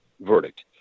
verdict